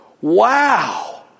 Wow